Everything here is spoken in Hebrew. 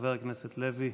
חבר הכנסת לוי,